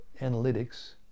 analytics